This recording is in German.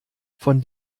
von